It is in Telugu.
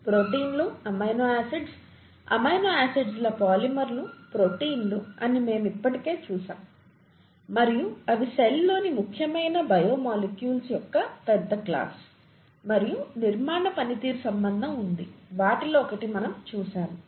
ప్రోటీన్లు అమైనో ఆసిడ్స్ అమైనోఆసిడ్స్ ల పాలిమర్లు ప్రోటీన్లు అని మేము ఇప్పటికే చూశాము మరియు అవి సెల్ లోని ముఖ్యమైన బయో మాలిక్యూల్స్ యొక్క పెద్ద క్లాస్ మరియు నిర్మాణ పనితీరు సంబంధం ఉంది వాటిలో ఒకటి మనం చూశాము